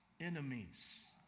enemies